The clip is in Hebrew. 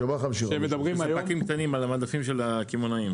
בשביל מה 55%. שמדברים עסקים קטנים על המדפים של הקמעונאים.